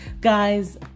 guys